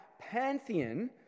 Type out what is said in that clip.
pantheon